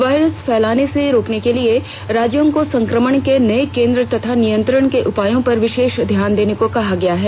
virus फैलने से रोकने के लिए राज्यों को संक्रमण के नए केंद्रों तथा नियंत्रण के उपायों पर विशेष ध्यान देने को कहा गया है